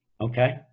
Okay